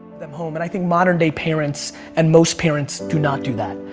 them home but i think modern day parents and most parents do not do that.